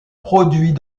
produits